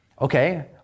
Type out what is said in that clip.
Okay